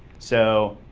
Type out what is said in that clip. so,